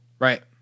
Right